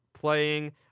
playing